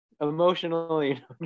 Emotionally